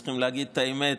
צריך להגיד את האמת,